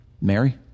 Mary